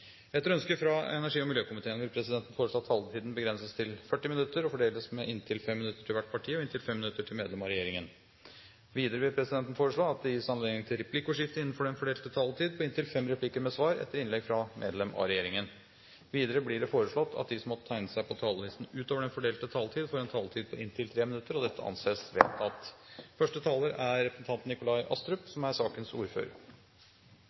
Etter ønske fra energi- og miljøkomiteen vil presidenten foreslå at taletiden begrenses til 40 minutter og fordeles med inntil 5 minutter til hvert parti og inntil 5 minutter til medlem av regjeringen. Videre vil presidenten foreslå at det gis anledning til replikkordskifte på inntil fem replikker med svar etter innlegg fra medlem av regjeringen innenfor den fordelte taletid. Videre blir det foreslått at de som måtte tegne seg på talerlisten utover den fordelte taletid, får en taletid på inntil 3 minutter. – Det anses vedtatt. Først vil jeg som sakens ordfører